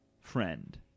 friend